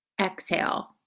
exhale